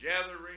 Gathering